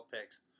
picks